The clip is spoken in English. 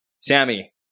Sammy